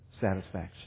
satisfaction